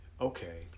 okay